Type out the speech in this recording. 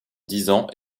disant